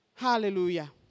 Hallelujah